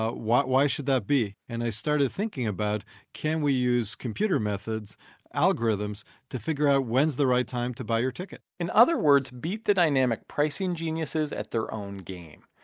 why why should that be? and i started thinking about can we use computer methods algorithms to figure out when is the right time to buy your ticket in other words, beat the dynamic pricing geniuses at their own game.